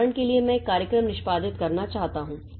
उदाहरण के लिए मैं एक कार्यक्रम निष्पादित करना चाहता हूं